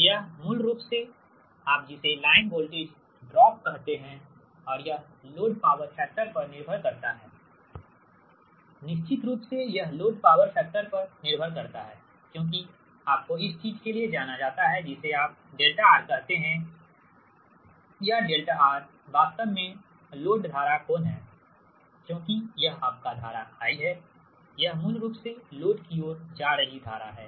तो यह मूल रूप से आप जिसे लाइन वोल्टेज ड्रॉप कहते है और यह लोड पावर फैक्टर पर निर्भर करता है निश्चित रूप से यह लोड पावर फैक्टर पर निर्भर करता है क्योंकि आपको इस चीज के लिए जाना जाता है जिसे आप δRकहते है यह δR वास्तव में लोड धारा कोण है क्योंकि यह आपका धारा I है यह मूल रूप से लोड की ओर जा रही धारा है